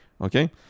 Okay